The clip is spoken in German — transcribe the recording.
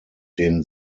den